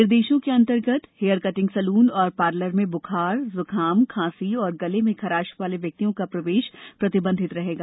निर्देशों के अंतर्गत हेयर कटिंग सैलून एवं पार्लर में ब्खार ज्खाम खांसी एवं गले में खराश वाले व्यक्तियों का प्रवेश प्रतिबंधित रहेगा